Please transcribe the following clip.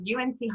UNC